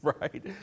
Right